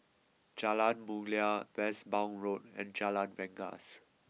Jalan Mulia Westbourne Road and Jalan Rengas